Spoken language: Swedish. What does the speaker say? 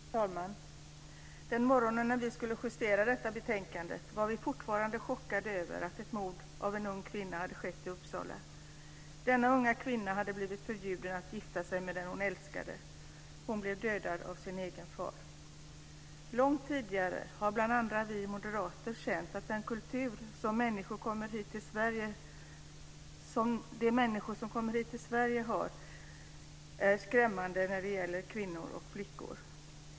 Fru talman! Den morgon när vi skulle justera detta betänkande var vi fortfarande chockade över att ett mord på en ung kvinna hade skett i Uppsala. Denna unga kvinna hade blivit förbjuden att gifta sig med den hon älskade. Hon blev dödad av sin egen far. Långt tidigare har bl.a. vi moderater känt att den kultur som människor som kommer hit till Sverige har är skrämmande när det gäller kvinnor och flickor.